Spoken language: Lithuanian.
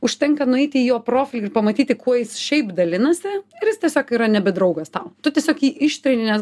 užtenka nueiti į jo profilį pamatyti kuo jis šiaip dalinasi ir jis tiesiog yra nebe draugas tau tu tiesiog jį ištrini nes